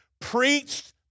preached